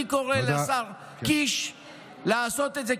אני קורא לשר קיש לעשות את זה,